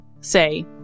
say